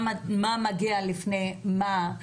מה מגיע לפני מה,